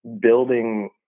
building